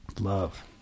Love